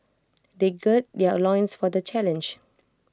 they gird their loins for the challenge